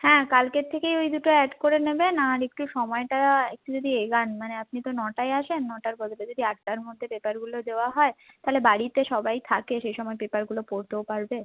হ্যাঁ কালকের থেকেই ওই দুটো অ্যাড করে নেবেন আর একটু সময়টা একটু যদি এগোন মানে আপনি তো নটায় আসেন নটার বদলে যদি আটটার মধ্যে পেপারগুলো দেওয়া হয় তাহলে বাড়িতে সবাই থাকে সেই সময় পেপারগুলো পড়তেও পারবে